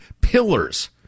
pillars